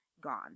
gone